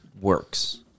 works